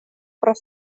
про